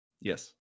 Yes